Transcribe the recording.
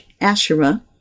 asherah